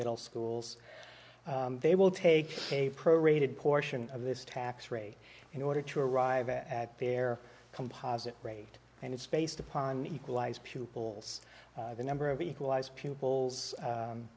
middle schools they will take a pro rated portion of this tax rate in order to arrive at their composite rate and it's based upon equalize pupils the number of equalized pupils